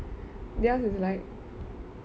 there's is like